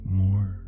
more